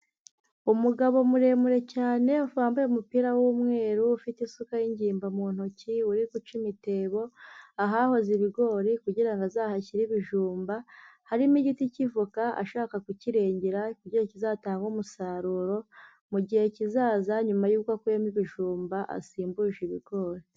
Umugabo muremure cyane, wambaye umupira w’umweru, ufite isuka y’ingimba mu ntoki, uri guca imitebo ahahoze ibigori, kugira ngo azahashyire ibijumba. Harimo igiti k'ivoka, ashaka kukirengera, kizatange umusaruro mu gihe kizaza, nyuma y’uko akuyemo ibijumba asimbuje ibigori.